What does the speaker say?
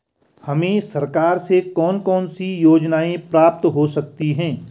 हमें सरकार से कौन कौनसी योजनाएँ प्राप्त हो सकती हैं?